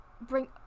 bring